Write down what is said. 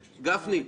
גפני,